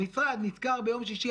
המשרד נזכר ביום שישי,